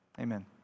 Amen